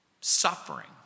suffering